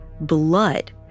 blood